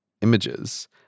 images